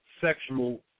sexual